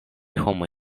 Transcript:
homoj